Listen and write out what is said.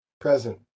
Present